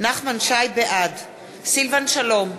בעד סילבן שלום,